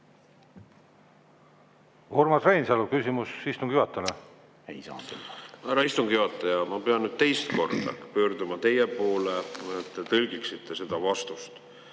Urmas Reinsalu, küsimus istungi juhatajale. Härra istungi juhataja! Ma pean nüüd teist korda pöörduma teie poole, et te tõlgiksite seda vastust.